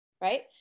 Right